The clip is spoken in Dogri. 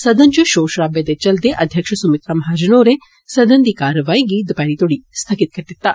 सदन च षोर षराबे दे चलदे अध्यक्ष सुमित्रा महाजन होरें सदन दी कारवाई गी दपेहरी तोड़ी स्थगित करी दिता गेआ